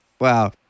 wow